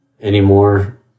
Anymore